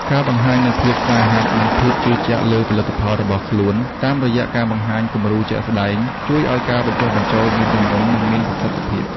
ការបង្ហាញនូវភាពស្វាហាប់ និងភាពជឿជាក់លើផលិតផលរបស់ខ្លួន តាមរយៈការបង្ហាញគំរូជាក់ស្ដែង ជួយឱ្យការបញ្ចុះបញ្ចូលមានទម្ងន់ និងមានប្រសិទ្ធភាព។